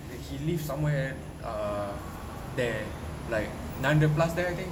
he live somewhere ah there like nine hundred plus there I think